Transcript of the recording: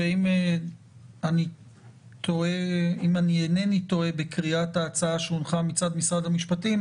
שאם אני אינני טועה בקריאת ההצעה שהונחה מצד משרד המשפטים,